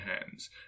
hands